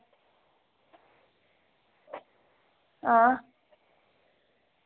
आं